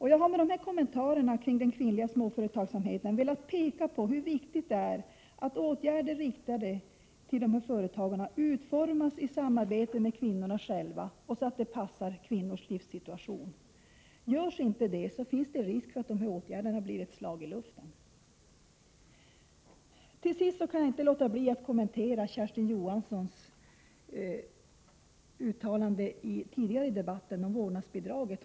Jag har med dessa kommentarer kring den kvinnliga småföretagsamheten velat peka på hur viktigt det är att åtgärder riktade till de kvinnliga småföretagarna utformas i samarbete med kvinnorna själva och så att de passar för kvinnors livssituation. Görs inte det, finns det risk för att åtgärderna nu blir ett slag i luften. Till sist kan jag inte låta bli att kommentera Kersti Johanssons uttalande om vårdnadsbidraget tidigare i debatten.